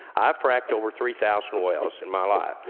i've fracked over three thousand wells in my life.